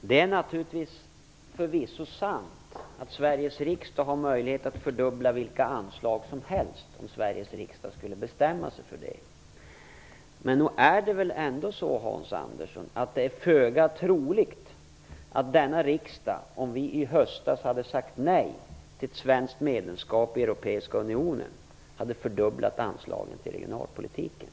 Det är naturligtvis sant att Sveriges riksdag har möjlighet att fördubbla vilka anslag som helst, om Sveriges riksdag skulle bestämma sig för det. Men nog är det väl ändå föga troligt, Hans Andersson, att denna riksdag, om vi i höstas hade sagt nej till ett svenskt medlemskap i den europeiska unionen, hade fördubblat anslagen till regionalpolitiken.